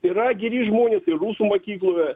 yra geri žmonės ir rusų mokykloje